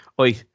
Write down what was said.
Oi